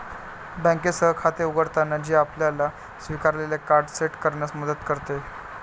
बँकेसह खाते उघडताना, हे आपल्याला स्वीकारलेले कार्ड सेट करण्यात मदत करते